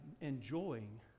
enjoying